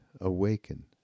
awaken